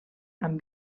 amb